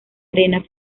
arena